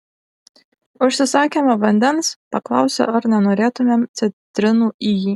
užsisakėme vandens paklausė ar nenorėtumėm citrinų į jį